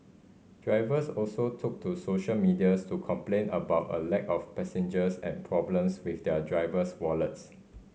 drivers also took to social medias to complain about a lack of passengers and problems with their driver's wallets